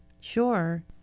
Sure